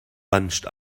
bunched